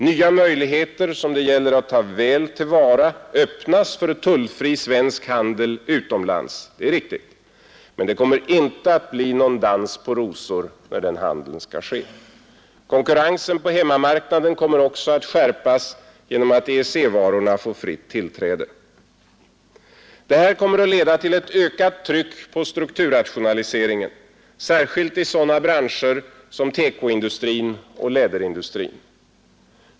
Nya möjligheter som det gäller att ta väl till vara öppnas för tullfri svensk handel med utlandet, det är riktigt, men det kommer inte att bli någon dans på rosor när den handeln skall ske. Konkurrensen på hemmamarknaden kommer att skärpas genom att EEC-varorna får fritt tillträde. Detta kommer att leda till ett ökat tryck på strukturrationaliseringen, särskilt i sådana branscher som TEKO-industrin och läderindustrin.